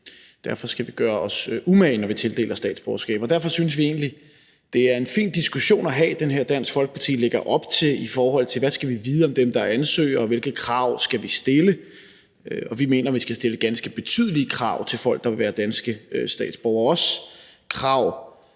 derfor skal vi gøre os umage, når vi tildeler statsborgerskabet. Derfor synes vi egentlig, at den diskussion, Dansk Folkeparti lægger op til, er en fin diskussion at have, i forhold til hvad vi skal vide om dem, der ansøger, og hvilke krav vi skal stille. Vi mener, vi skal stille ganske betydelige krav til folk, der vil være danske statsborgere – også krav,